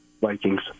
Vikings